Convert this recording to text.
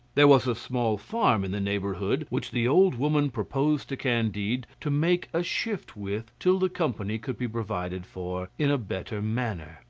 there was a small farm in the neighbourhood which the old woman proposed to candide to make a shift with till the company could be provided for in a better manner.